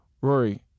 Rory